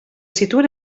situen